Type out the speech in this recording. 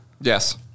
yes